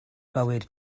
bywyd